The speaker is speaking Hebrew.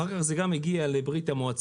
אחר כך זה גם הגיע לברית המועצות,